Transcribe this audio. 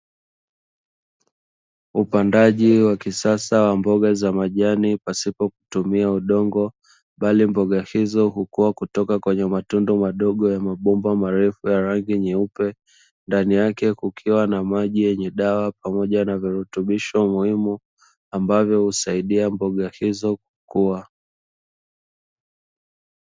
Upandaji wa kisasa wa mboga za majani pasipo kutumia udongo, bali mboga hizo hukua kutoka kwenye matundu madogo ya mabomba marefu ya rangi nyeupe, ndani yake kukiwa na maji yenye dawa pamoja na virutubisho muhimu, ambavyo husaidia mboga hizo kukua.